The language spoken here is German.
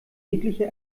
jeglicher